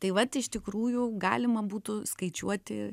tai vat iš tikrųjų galima būtų skaičiuoti